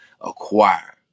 acquire